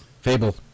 Fable